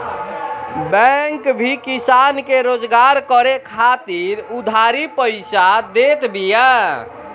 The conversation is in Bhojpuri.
बैंक भी किसान के रोजगार करे खातिर उधारी पईसा देत बिया